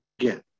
again